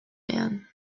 man